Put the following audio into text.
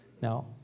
Now